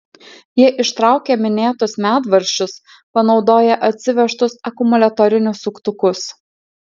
jie ištraukė minėtus medvaržčius panaudoję atsivežtus akumuliatorinius suktukus